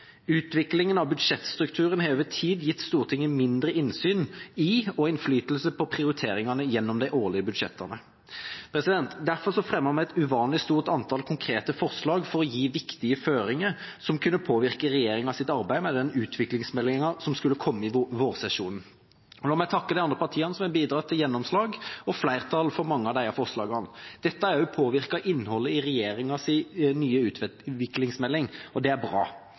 Utviklingen av budsjettstrukturen har over tid gitt Stortinget mindre innsyn i og innflytelse på prioriteringene gjennom de årlige budsjettene. Derfor fremmet vi et uvanlig stort antall konkrete forslag for å gi viktige føringer som kunne påvirke regjeringas arbeid med den utviklingsmeldinga som skulle komme i vårsesjonen. La meg takke de andre partiene, som har bidratt til gjennomslag og flertall for mange av disse forslagene. Dette har også påvirket innholdet i regjeringas nye utviklingsmelding, og det er bra.